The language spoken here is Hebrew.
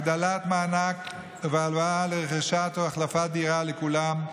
הגדלת מענק והלוואה לרכישה או החלפה של דירה לכולם,